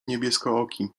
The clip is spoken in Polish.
niebieskooki